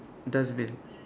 dustbin